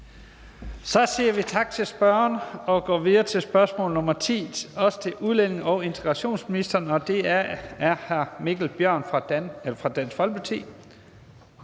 Så siger vi tak til spørgeren. Vi går videre til spørgsmål nr. 10, også til udlændinge- og integrationsministeren. Og det er af hr. Mikkel Bjørn fra Dansk Folkeparti.